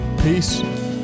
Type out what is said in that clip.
Peace